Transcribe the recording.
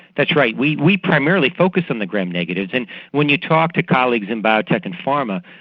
that's right, we we primarily focus on the gram-negatives, and when you talk to colleagues in biotech and pharma,